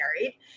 married